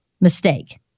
Mistake